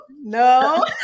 no